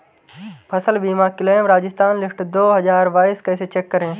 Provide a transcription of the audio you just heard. फसल बीमा claim Rajasthan list दो हज़ार बाईस कैसे चेक करें?